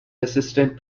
assistant